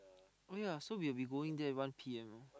oh yea so we will be going there one P_M you know